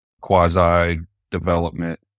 quasi-development